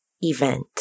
event